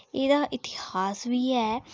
एह्दा इतिहास बी ऐ